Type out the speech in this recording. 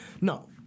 No